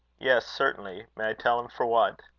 yes, certainly tell him for what?